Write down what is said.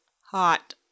hot